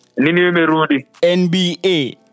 NBA